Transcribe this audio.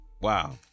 wow